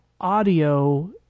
audio